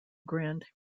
grand